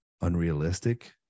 unrealistic